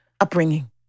Upbringing